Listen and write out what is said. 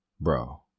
bro